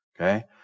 okay